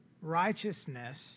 righteousness